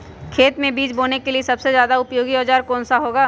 खेत मै बीज बोने के लिए सबसे ज्यादा उपयोगी औजार कौन सा होगा?